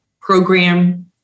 program